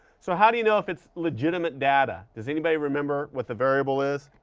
so how do you know if it's legitimate data? does anybody remember what the variable is?